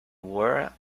wore